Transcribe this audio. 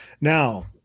now